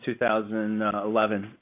2011